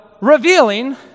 revealing